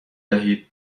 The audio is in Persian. دهید